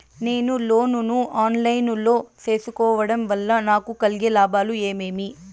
నేను లోను ను online లో సేసుకోవడం వల్ల నాకు కలిగే లాభాలు ఏమేమీ?